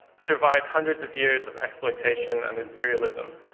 survived hundreds of years of exploitation and imperialism,